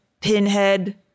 pinhead